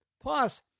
Plus